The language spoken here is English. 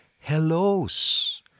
hellos